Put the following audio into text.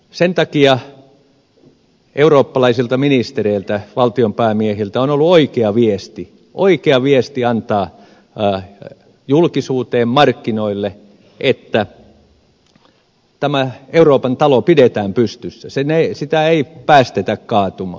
sen takia eurooppalaisilta ministereiltä valtionpäämiehiltä on ollut oikea viesti antaa julkisuuteen markkinoille että tämä euroopan talo pidetään pystyssä sitä ei päästetä kaatumaan